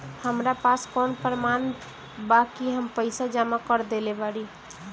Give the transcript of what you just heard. हमरा पास कौन प्रमाण बा कि हम पईसा जमा कर देली बारी?